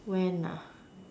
when